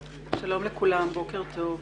שלום לכולם, בוקר טוב.